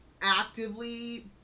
actively